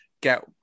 get